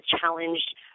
challenged